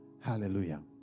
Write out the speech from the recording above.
Hallelujah